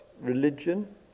religion